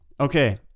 Okay